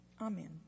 Amen